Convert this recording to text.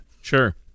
Sure